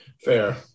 Fair